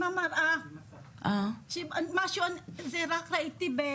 שאת זה ראיתי רק